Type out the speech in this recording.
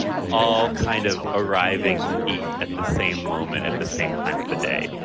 all kind of arriving to eat at the same moment at the same time of the day.